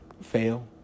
fail